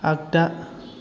आगदा